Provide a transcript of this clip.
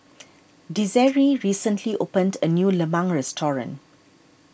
Desiree recently opened a new Lemang restaurant